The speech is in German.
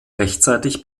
rechtzeitig